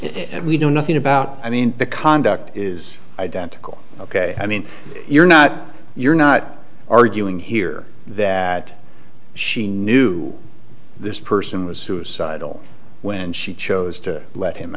if we do nothing about i mean the conduct is identical ok i mean you're not you're not arguing here that she knew this person was suicidal when she chose to let him